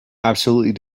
absolutely